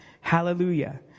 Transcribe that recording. Hallelujah